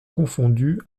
confondue